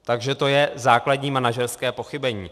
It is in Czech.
Takže to je základní manažerské pochybení.